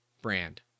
brand